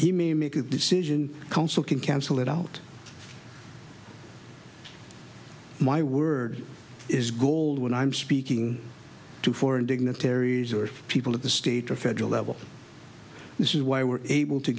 he may make a decision council can cancel it out my word is gold when i'm speaking to foreign dignitaries or people at the state or federal level this is why we're able to